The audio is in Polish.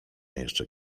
jeszcze